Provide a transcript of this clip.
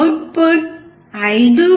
output 5